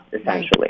essentially